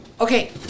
Okay